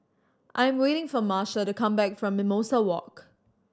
I am waiting for Marcia to come back from Mimosa Walk